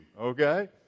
okay